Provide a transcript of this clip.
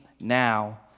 now